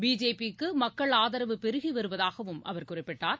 பிஜேபிக்கு மக்கள் ஆதரவு பெருகிவருவதாகவும் அவர் குறிப்பிட்டார்